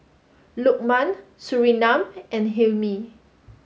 Lukman Surinam and Hilmi